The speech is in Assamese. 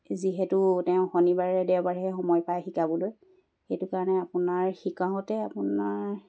যিহেতু তেওঁ শনিবাৰে দেওবাৰে সময় পাই শিকাবলৈ সেইটো কাৰণে আপোনাৰ শিকাওঁতে আপোনাৰ